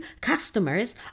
customers